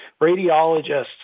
radiologists